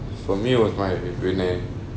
for me was